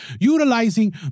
utilizing